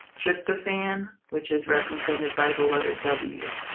tryptophan, which is represented by the letter w.